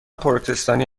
پروتستانی